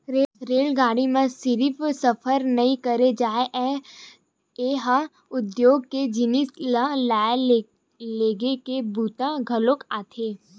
रेलगाड़ी म सिरिफ सफर नइ करे जाए ए ह उद्योग के जिनिस ल लाए लेगे के बूता घलोक आथे